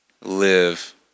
live